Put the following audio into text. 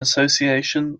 association